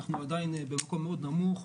אנחנו עדיין במקום מאוד נמוך.